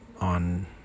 on